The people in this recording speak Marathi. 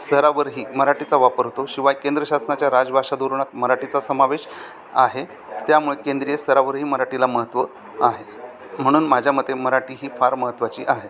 स्तरावरही मराठीचा वापर होतो शिवाय केंद्र शासनाच्या राजभाषा धोरणात मराठीचा समावेश आहे त्यामुळे केंद्रीय स्तरावरही मराठीला महत्त्व आहे म्हणून माझ्या मते मराठी ही फार महत्त्वाची आहे